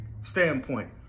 standpoint